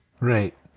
Right